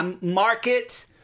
Market